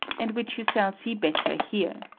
and which you shall see better here.